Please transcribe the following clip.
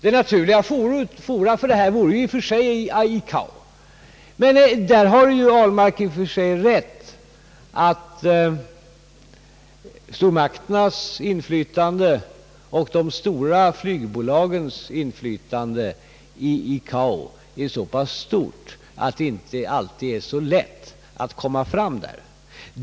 Ett naturligt forum för denna fråga vore i och för sig ICAO, men herr Ahlmark har rätt i att stormakternas och de stora flygbolagens inflytande i ICAO är så pass stort att det inte alltid är så lätt att göra sig gällande där.